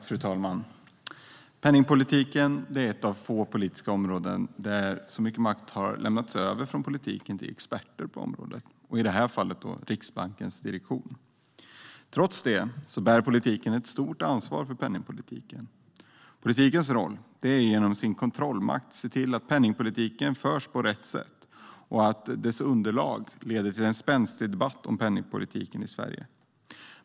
Fru talman! Penningpolitiken är ett av få politiska områden där mycket makt har lämnats över från politiken till experter på området, i det här fallet Riksbankens direktion. Trots det bär politiken ett stort ansvar för penningpolitiken. Politikens roll är att genom sin kontrollmakt se till att penningpolitiken förs på rätt sätt och att dess underlag leder till en spänstig debatt om penningpolitiken i Sverige.